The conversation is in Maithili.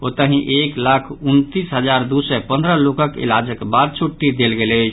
ओतहि एक लाख उनतीस हजार दू सय पन्द्रह लोकक इलाजक बाद छुट्टी देल गेल अछि